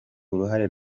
uruhare